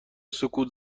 سکوت